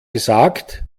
gesagt